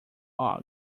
fog